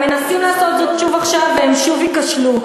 הם מנסים לעשות זאת שוב עכשיו, והם שוב ייכשלו.